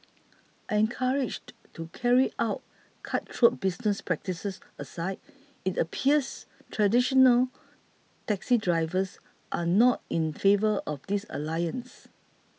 encouraged to carry out cutthroat business practices aside it appears traditional taxi drivers are not in favour of this alliance